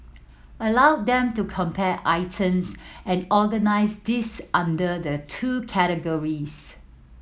allow them to compare items and organise these under the two categories